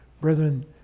Brethren